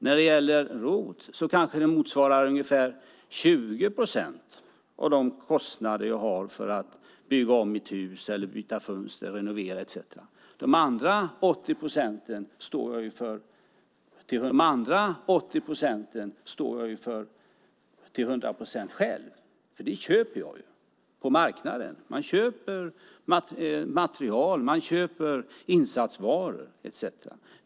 När det gäller ROT kanske skattebidraget motsvarar ungefär 20 procent av de kostnader jag har för att bygga om mitt hus, byta fönster, renovera etcetera. De övriga 80 procenten står jag själv för till hundra procent, för jag köper ju på marknaden. Man köper material, man köper insatsvaror etcetera.